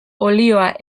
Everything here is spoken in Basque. olioa